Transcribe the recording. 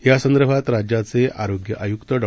यासंदर्भात राज्याचे आरोग्य आयुक्त डॉ